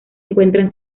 encuentra